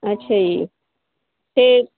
ਅੱਛਾ ਜੀ ਤੇ